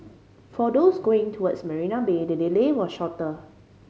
for those going towards Marina Bay the delay was shorter